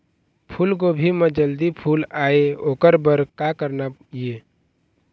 फूलगोभी म जल्दी फूल आय ओकर बर का करना ये?